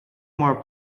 more